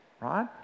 right